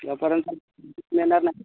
जोपर्यंत येणार नाही